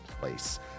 place